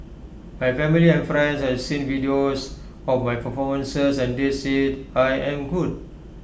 my family and friends have seen videos of my performances and they said I am good